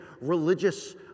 religious